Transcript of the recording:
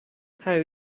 how